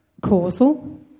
causal